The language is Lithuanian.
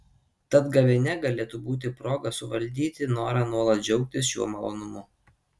tad gavėnia galėtų būti proga suvaldyti norą nuolat džiaugtis šiuo malonumu